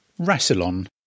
Rassilon